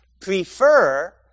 prefer